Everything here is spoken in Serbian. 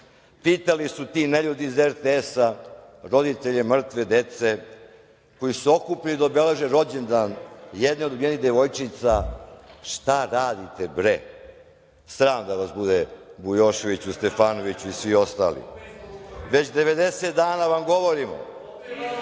GD/IRPitali su ti neljudi iz RTS-a roditelje mrtve dece, koji su se okupili da obeleže rođendan jedne od ubijenih devojčica - šta radite, bre? Sram da vas bude Bujoševiću, Stefanoviću i svi ostali. Već 90 dana vam govorimo